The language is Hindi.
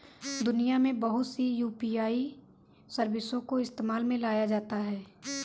दुनिया में बहुत सी यू.पी.आई सर्विसों को इस्तेमाल में लाया जाता है